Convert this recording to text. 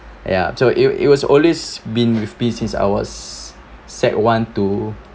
ya so it was it was always been with me since I was sec one to